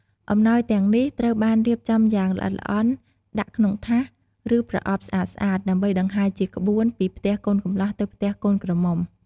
អំណោយទាំងនេះត្រូវបានរៀបចំយ៉ាងល្អិតល្អន់ ដាក់ក្នុងថាស ឬប្រអប់ស្អាតៗ ហើយដង្ហែជាក្បួនពីផ្ទះកូនកំលោះទៅផ្ទះកូនក្រមុំ។